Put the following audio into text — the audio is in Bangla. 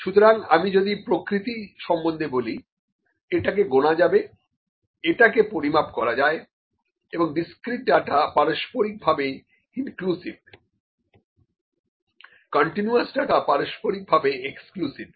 সুতরাং আমি যদি প্রকৃতি সম্বন্ধে বলি এটাকে গোনা যাবে এটাকে পরিমাপ করা যায় এবং ডিসক্রিট ডাটা পারস্পরিক ভাবে ইনক্লুসিভ কন্টিনিউয়াস ডাটা পারস্পরিকভাবে এক্সক্লুসিভ